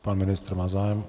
Pan ministr má zájem.